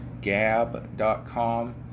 Gab.com